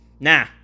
nah